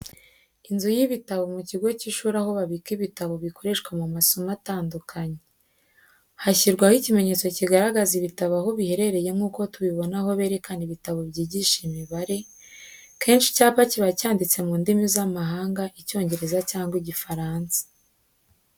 Inzu y'ibitabo mu kigo cy'ishuri aho babika ibitabo bikoreshwa mu masomo atandukanye. Hashyirwaho ikimenyetso kigaragaza ibitabo aho biherereye nkuko tubibona aho berekana ibitabo byigisha imibare, kenshi icyapa kiba cyanditse mu ndimi z'amahanga Icyongereza cyangwa Igifaransa.